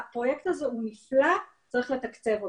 הפרויקט הזה הוא נפלא וצריך לתקצב אותו.